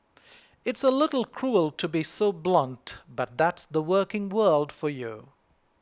it's a little cruel to be so blunt but that's the working world for you